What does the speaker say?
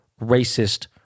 racist